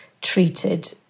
treated